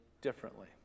differently